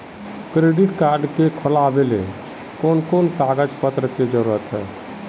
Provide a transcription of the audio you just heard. Credit card के खुलावेले कोन कोन कागज पत्र की जरूरत है?